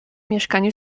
mieszkaniu